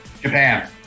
Japan